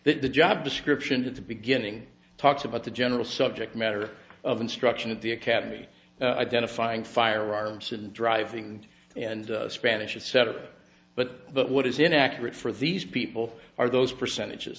the job description at the beginning talks about the general subject matter of instruction at the academy i got to find firearms and driving and spanish setter but but what is inaccurate for these people are those percentages